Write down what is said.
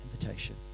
invitation